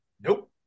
nope